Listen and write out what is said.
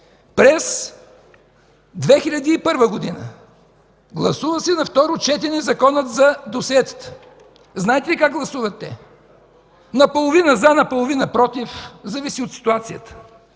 През 2001 г. се гласува на второ четене Законът за досиетата. Знаете ли как гласуват те? – наполовина „за”, наполовина „против”, зависи от ситуацията.